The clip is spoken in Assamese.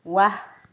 ৱাহ